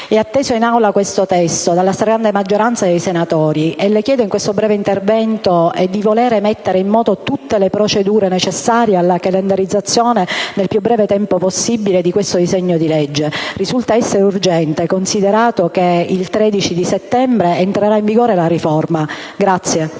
è atteso in Aula dalla stragrande maggioranza dei senatori. Le chiedo in questo breve intervento di mettere in moto tutte le procedure necessarie alla calendarizzazione nel più breve tempo possibile di questo disegno di legge che risulta essere urgente, considerato che il 13 settembre entrerà in vigore la riforma.